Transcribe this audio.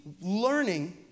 learning